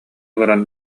олорон